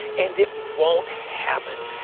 and it won't happen.